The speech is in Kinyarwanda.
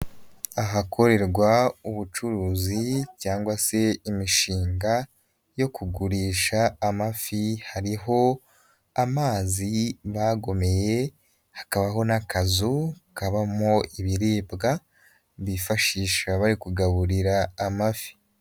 Ahakorerwa ubucuruzi cyangwa se imishinga yo kugurisha amafi, hariho amazi bagomeye hakabaho n'akazu kabamo ibiribwa bifashishwa kugaburira amafi.